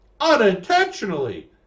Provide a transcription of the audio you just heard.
Unintentionally